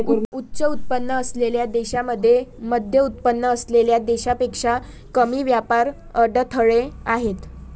उच्च उत्पन्न असलेल्या देशांमध्ये मध्यमउत्पन्न असलेल्या देशांपेक्षा कमी व्यापार अडथळे आहेत